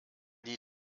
die